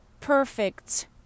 perfect